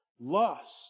Lust